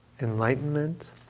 enlightenment